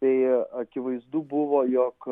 tai akivaizdu buvo jog